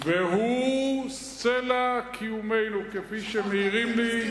והוא סלע קיומנו, כפי שמעירים לי,